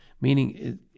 Meaning